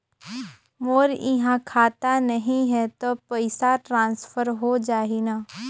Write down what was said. मोर इहां खाता नहीं है तो पइसा ट्रांसफर हो जाही न?